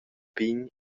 pign